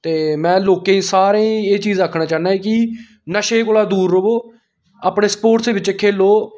ते में लोकें गी सारें गी एह् चीज आक्खना चाह्न्नां कि नशे कोला दूर रवो अपने स्पोर्टस बिच्च खेलो